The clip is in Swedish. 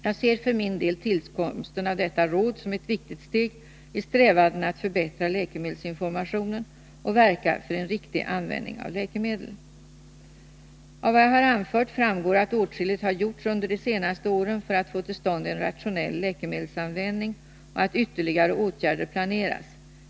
Jag ser för min del tillkomsten av detta råd som ett viktigt steg i strävandena att förbättra läkemedelsinformationen och verka för en riktig Av vad jag har anfört framgår att åtskilligt har gjorts under de senaste åren för att få till stånd en rationell läkemedelsanvändning och att ytterligare åtgärder planeras.